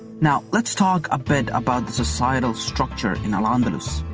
now, let's talk a bit about the societal structure in al andalus.